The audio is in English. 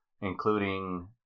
including